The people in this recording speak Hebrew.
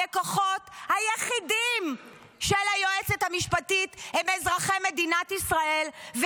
הלקוחות היחידים של היועצת המשפטית הם אזרחי מדינת ישראל,